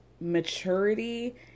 maturity